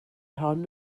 hon